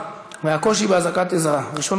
הקושי בהזעקת עזרה ומותו של אזרח,